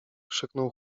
krzyknął